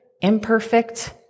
imperfect